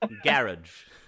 garage